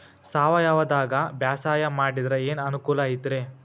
ಸಾವಯವದಾಗಾ ಬ್ಯಾಸಾಯಾ ಮಾಡಿದ್ರ ಏನ್ ಅನುಕೂಲ ಐತ್ರೇ?